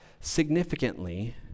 significantly